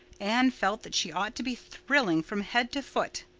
anne felt that she ought to be thrilling from head to foot.